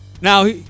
Now